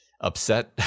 upset